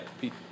Pete